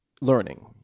learning